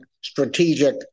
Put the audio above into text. strategic